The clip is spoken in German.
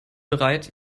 bereit